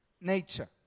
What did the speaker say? nature